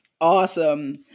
Awesome